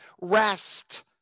Rest